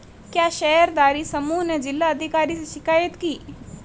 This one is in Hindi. क्या शेयरधारी समूह ने जिला अधिकारी से शिकायत की?